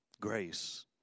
grace